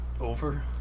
Over